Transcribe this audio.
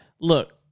look